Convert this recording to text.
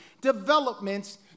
developments